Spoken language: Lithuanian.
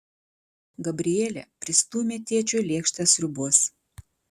gabrielė pristūmė tėčiui lėkštę sriubos